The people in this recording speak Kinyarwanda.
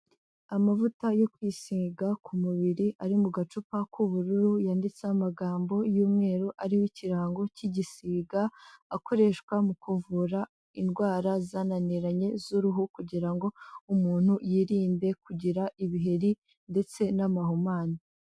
Amavuta yo kwisiga ku mubiri ari mu gacupa k'ubururu, yanditseho amagambo y'umweru, ariho ikirango cy'igisiga, akoreshwa mu kuvura indwara zananiranye z'uruhu, kugira ngo umuntu yirinde kugira ibiheri ndetse n'amahumane.